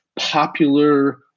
popular